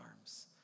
arms